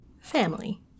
Family